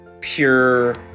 pure